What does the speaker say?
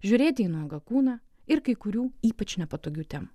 žiūrėti į nuogą kūną ir kai kurių ypač nepatogių temų